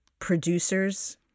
producers